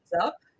up